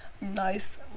nice